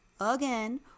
again